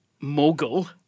mogul